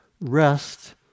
rest